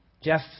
Jeff